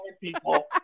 people